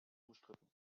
umstritten